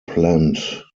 planned